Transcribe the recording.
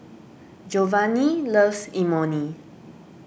Jovanni loves Imoni